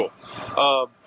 cool